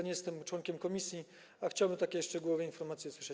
Nie jestem członkiem komisji, a chciałbym takie szczegółowe informacje usłyszeć.